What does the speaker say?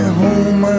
home